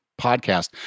podcast